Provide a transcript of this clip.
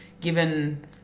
given